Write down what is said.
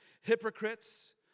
hypocrites